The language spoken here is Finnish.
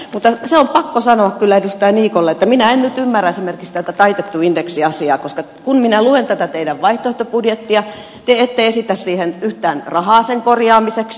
mutta se on pakko sanoa kyllä edustaja niikolle että minä en nyt ymmärrä esimerkiksi tätä taitettu indeksi asiaa koska kun minä luen tätä teidän vaihtoehtobudjettianne te ette esitä siinä yhtään rahaa sen korjaamiseksi